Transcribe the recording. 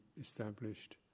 established